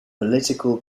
political